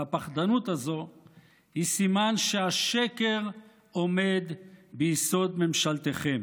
והפחדנות הזאת היא סימן שהשקר עומד ביסוד ממשלתכם.